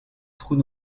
trous